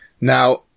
now